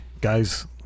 guys